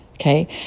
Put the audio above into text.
okay